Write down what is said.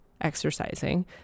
exercising